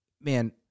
man